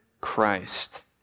Christ